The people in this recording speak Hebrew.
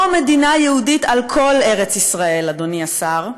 לא מדינה יהודית על כל ארץ ישראל, אדוני השר,